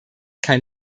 kein